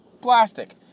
Plastic